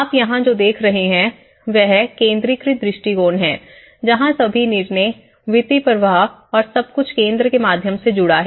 आप यहां जो देख रहे हैं वह केंद्रीकृत दृष्टिकोण है जहां सभी निर्णय वित्तीय प्रवाह और सब कुछ केंद्र के माध्यम से जुड़ा हुआ है